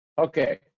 okay